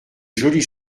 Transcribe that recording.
jolies